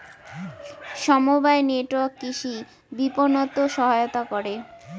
সমবায় নেটওয়ার্ক কৃষি বিপণনত সহায়তা করে